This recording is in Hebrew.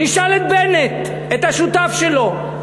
נשאל את בנט, את השותף שלו.